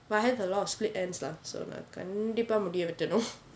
my hair have a lot of split ends lah so நான் கண்டிப்பா முடியை வெட்டணும்:naan kandipa mudiyai vettanum